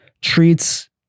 treats